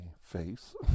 face